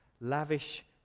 lavish